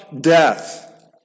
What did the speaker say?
death